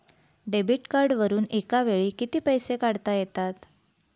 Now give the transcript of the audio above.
Debit कार्डवरुन एका वेळी किती पैसे काढता येतात?